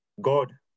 God